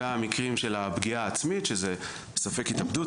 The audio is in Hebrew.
והמקרים של הפגיעה העצמית שזה ספק התאבדות,